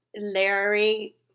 Larry